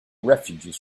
refugees